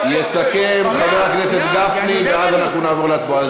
יסכם חבר הכנסת גפני, ואז אנחנו נעבור להצבעה.